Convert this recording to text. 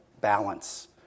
balance